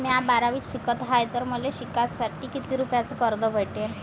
म्या बारावीत शिकत हाय तर मले शिकासाठी किती रुपयान कर्ज भेटन?